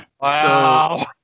wow